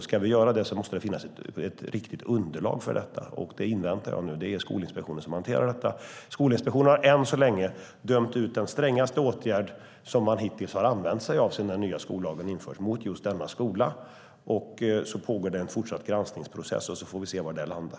Ska vi göra det måste det finnas ett riktigt underlag för detta, och det inväntar jag nu. Det är Skolinspektionen som hanterar detta. Skolinspektionen har än så länge vidtagit den strängaste åtgärd som man hittills har vidtagit sedan den nya skollagen infördes när det gäller just denna skola. Det pågår en fortsatt granskningsprocess. Vi får vi se var det landar.